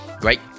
great